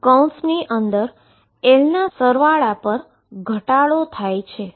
કૌંસની અંદર l ના સરવાળા પર ઘટાડો થાય છે